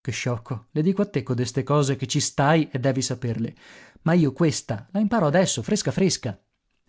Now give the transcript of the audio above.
che sciocco le dico a te codeste cose che ci stai e devi saperle ma io questa la imparo adesso fresca fresca